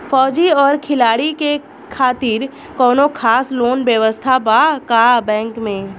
फौजी और खिलाड़ी के खातिर कौनो खास लोन व्यवस्था बा का बैंक में?